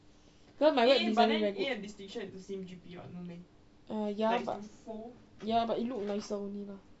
cause my web designing very good eh ya but it look nicer only lah